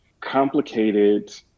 complicated